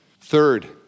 Third